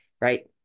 right